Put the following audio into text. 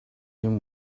him